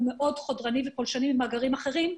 מאוד חודרני ופולשני לעומת מאגרים אחרים.